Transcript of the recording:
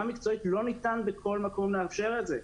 מקצועית לא ניתן בכל מקום לאפשר את זה,